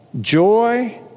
joy